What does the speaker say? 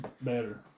better